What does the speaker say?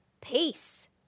peace